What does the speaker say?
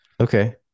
Okay